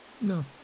No